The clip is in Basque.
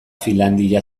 finlandia